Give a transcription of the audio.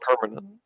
permanent